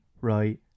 right